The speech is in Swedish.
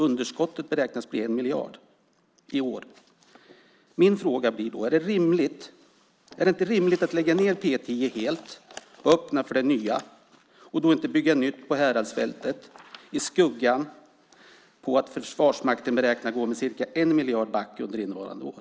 Underskottet i år beräknas bli 1 miljard. Min fråga blir då: Är det inte rimligt att lägga ned P 10 helt och öppna för det nya och inte bygga nytt på Häradsfältet i skuggan av att Försvarsmakten beräknas gå med ca 1 miljard back under innevarande år?